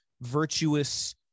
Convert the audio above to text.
virtuous